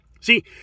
See